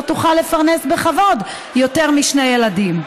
לא תוכל לפרנס בכבוד יותר משני ילדים.